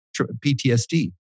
PTSD